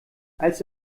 als